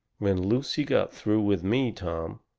when lucy got through with me, tom,